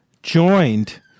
joined